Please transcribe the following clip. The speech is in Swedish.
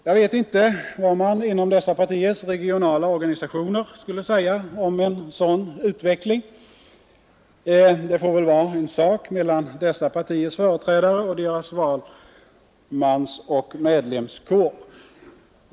Jag vet inte vad man inom dessa partiers regionala organisationer skulle säga om en sådan utveckling. Det får väl vara en sak mellan dessa partiers företrädare och deras valmansoch medlemskår.